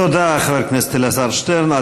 תודה לחבר הכנסת שטרן.